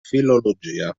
filologia